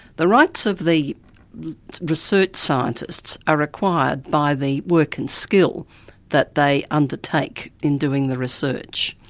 the rights of the research scientists are required by the work and skill that they undertake in doing the research,